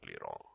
wrong